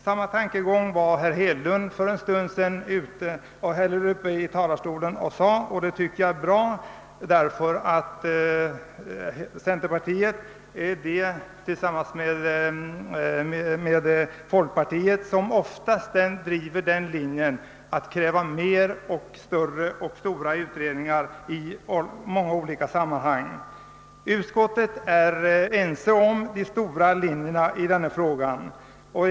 Samma tankegång utvecklade herr Hedlund för en stund sedan från denna talarstol, och detta tycker jag är bra, eftersom centerpartiet tillsammans med folkpartiet oftast driver linjen att kräva flera och större utredningar i många sammanhang. Utskottet är enigt om de stora linjerna i denna fråga.